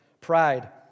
Pride